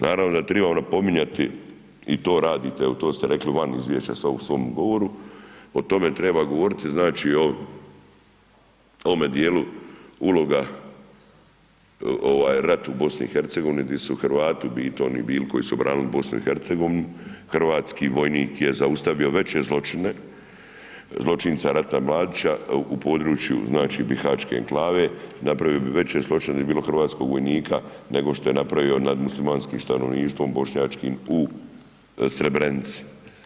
Naravno da trebamo napominjati i to radite, evo to ste rekli van izvješća sad u ovom svom govoru, o tome treba govoriti, znači o ovome djelu uloga rat u BiH-u di su Hrvati u biti oni bili koji su branili BiH, hrvatski vojnik je zaustavio veće zločine, zločinca Ratka Mladića u području bihaćke enklave, napravo bi veće zločine da nije bilo hrvatskog vojnika nego što je napravio nad muslimanskim stanovništvom bošnjačkim u Srebrenici.